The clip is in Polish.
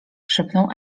szepnął